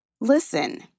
Listen